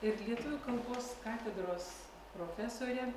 ir lietuvių kalbos katedros profesorė